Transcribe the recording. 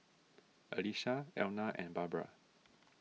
Alesha Elna and Barbra